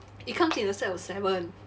it comes in a set of seven